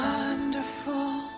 Wonderful